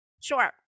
Sure